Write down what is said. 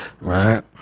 right